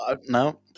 No